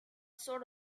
sort